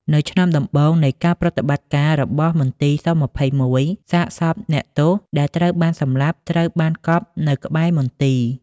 នៅឆ្នាំដំបូងនៃការប្រតិបត្តិការរបស់មន្ទីរ ស-២១ សាកសពអ្នកទោសដែលត្រូវបានសម្លាប់ ត្រូវបានកប់នៅក្បែរមន្ទីរ ។